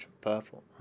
Purple